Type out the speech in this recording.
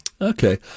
Okay